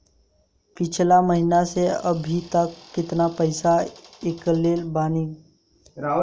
पिछला महीना से अभीतक केतना पैसा ईकलले बानी?